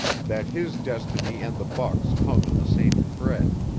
that his destiny and the buck's hung on the same thread,